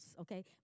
okay